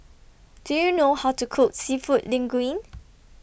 Do YOU know How to Cook Seafood Linguine